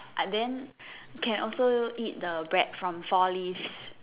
I then can also eat the bread from four leaves